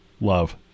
Love